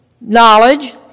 knowledge